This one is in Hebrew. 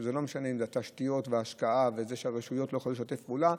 זה לא משנה אם זה התשתיות וההשקעה וזה שהרשויות לא יכולות לשתף פעולה,